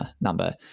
number